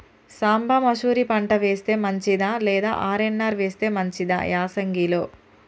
సాంబ మషూరి పంట వేస్తే మంచిదా లేదా ఆర్.ఎన్.ఆర్ వేస్తే మంచిదా యాసంగి లో?